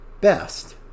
best